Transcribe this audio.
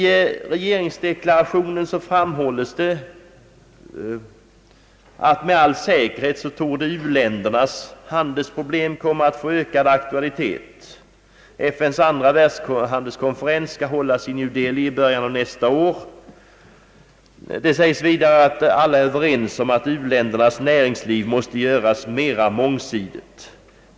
I regeringsdeklarationen framhålles det att med all säkerhet torde u-ländernas handelsproblem komma att få ökad aktualitet. FN:s andra världshandelskonferens skall hållas i New Delhi i början av nästa år. Det sägs vidare att alla är överens om att u-ländernas näringsliv måste göras mera mångsidigt.